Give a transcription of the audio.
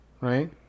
right